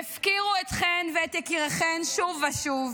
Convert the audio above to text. הפקירו אתכן ואת יקיריכן שוב ושוב.